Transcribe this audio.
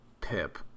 pip